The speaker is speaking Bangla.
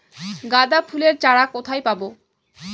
গাঁদা ফুলের চারা কোথায় পাবো?